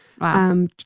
Wow